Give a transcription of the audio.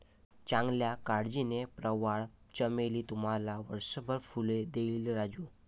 चांगल्या काळजीने, प्रवाळ चमेली तुम्हाला वर्षभर फुले देईल राजू